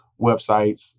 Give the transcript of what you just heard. websites